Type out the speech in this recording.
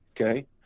Okay